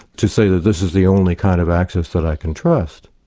to say that this is the only kind of access that i can trust?